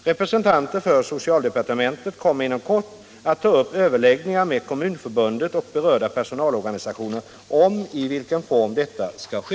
Representanter för socialdepartementet kommer inom kort att ta upp överläggningar med Kommunförbundet och berörda personalorganisationer om i vilken form detta skall ske.